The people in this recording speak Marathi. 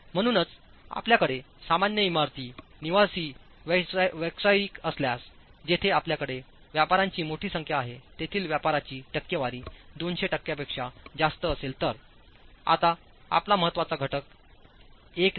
म्हणूनच आपल्याकडे सामान्य इमारती निवासी व्यावसायिक असल्यास जेथे आपल्याकडे व्यापार्यांची मोठी संख्या आहे तेथील व्यापाराची टक्केवारी 200 टक्क्यांपेक्षा जास्त असेल तर आता आपला महत्त्वाचा घटक आता 1 नाही तर 1